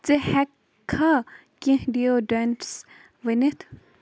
ژٕ ہٮ۪کھا کیٚنٛہہ ڈِیوڈرٛنٛٹٕس ؤنِتھ